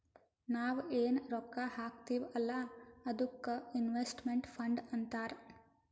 ನಾವ್ ಎನ್ ರೊಕ್ಕಾ ಹಾಕ್ತೀವ್ ಅಲ್ಲಾ ಅದ್ದುಕ್ ಇನ್ವೆಸ್ಟ್ಮೆಂಟ್ ಫಂಡ್ ಅಂತಾರ್